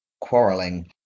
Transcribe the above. quarrelling